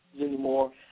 anymore